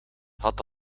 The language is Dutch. had